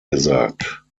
gesagt